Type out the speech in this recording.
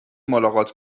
ملاقات